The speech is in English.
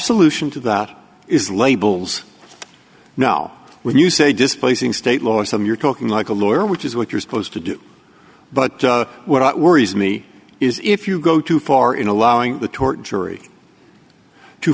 solution to that is labels now when you say displacing state law or some you're talking like a lawyer which is what you're supposed to do but what worries me is if you go too far in allowing the tort jury to